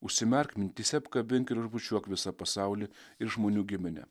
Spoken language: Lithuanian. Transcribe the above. užsimerk mintyse apkabink ir išbučiuok visą pasaulį ir žmonių giminę